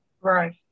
Right